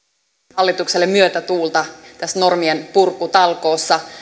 hallitukselle myötätuulta näissä normien purkutalkoissa